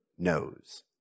knows